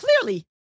clearly